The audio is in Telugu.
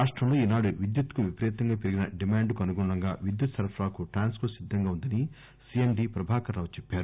రాష్టంలో ఈనాడు విద్యుత్ కు విపరీతంగా పెరిగిన డిమాండ్ కు అనుగుణంగా విద్యుత్ సరఫరాకు ట్రాన్స్ కో సిద్దంగా ఉందని సీఎండీ ప్రభాకర్ రావు చెప్పారు